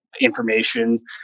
information